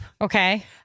Okay